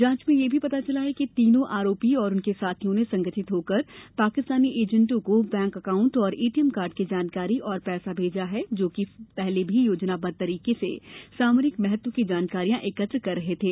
जांच में ये भी पता चला कि तीनो आरोपी और उनके साथियों ने संगठित होकर पाकिस्तानी एजेण्टों को बैंक अकाउण्ट और एटीएम कार्ड की जानकारी और पैसा भेजा है जो कि पहले भी योजनाबद्व तरीके से सामरिक महत्व की जानकारियां एकत्रित कर रहे थे